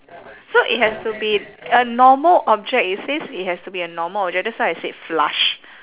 so it has to be a normal object it says it has to be a normal object that's why I said flush